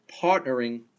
partnering